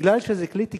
מכיוון שזה כלי תקשורת,